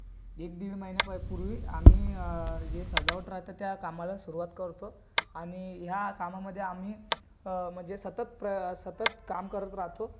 एक दीड महिन्यापाय पूर्वी आम्ही जे सजावट राहते त्या कामाला सुरुवात करतो आणि ह्या कामामधे आम्ही म्हणजे सतत प्र सतत काम करत राहतो